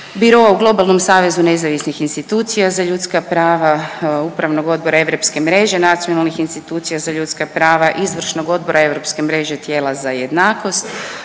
biro u Globalnom savezu nezavisnih institucija za ljudska prava, Upravnog odbora Europske mreže nacionalnih institucija za ljudska prava, Izvršnog odbora Europske mreže tijela za jednakost,